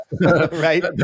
right